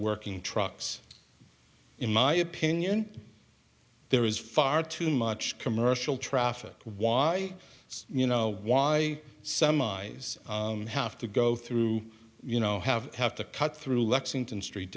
working trucks in my opinion there is far too much commercial traffic why you know why semis have to go through you know have have to cut through lexington street